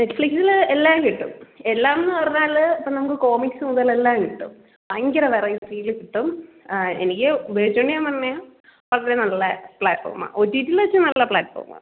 നെറ്റ്ഫ്ളിക്സിൽ എല്ലാം കിട്ടും എല്ലാം എന്ന് പറഞ്ഞാൽ ഇപ്പം നമുക്ക് കോമിക്സ് മുതൽ എല്ലാം കിട്ടും ഭയങ്കര വെറൈറ്റിയിൽ കിട്ടും എനിക്ക് ഉപയോഗിച്ച് കൊണ്ട് ഞാൻ പറഞ്ഞതാണ് ഒത്തിരി നല്ല പ്ലാറ്റ്ഫോർമാണ് ഓ ടി ടി വെച്ച് നല്ല പ്ലാറ്റ്ഫോർമാണ്